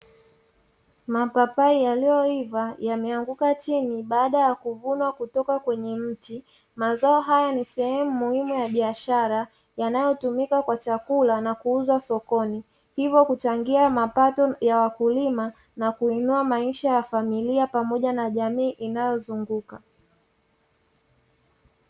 Mapapai yaliyoiva yameanguka chini, baada ya kuvunwa kutoka kwenye mti. Mazao haya ni sehemu muhimu ya biashara, yanayotumika kwa chakula na kuuzwa sokoni, hivyo huchangia mapato ya wakulima na kuinua maisha ya familia, pamoja na jamii inayoizunguka.